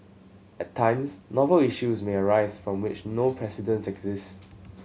at times novel issues may arise from which no precedents exist